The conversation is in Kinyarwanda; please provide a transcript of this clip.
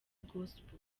gospel